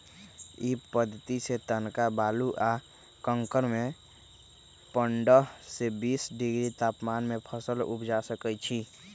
इ पद्धतिसे तनका बालू आ कंकरमें पंडह से बीस डिग्री तापमान में फसल उपजा सकइछि